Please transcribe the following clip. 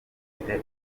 bafite